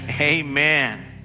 Amen